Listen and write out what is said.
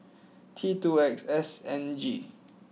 T two X S N G